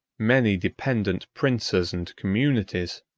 many dependent princes and communities,